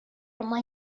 mai